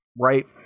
right